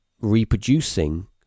reproducing